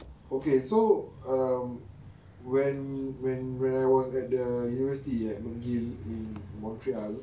okay so um when when I was at the university at mcgill in montreal